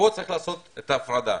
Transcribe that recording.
פה יש לעשות את ההפרדה.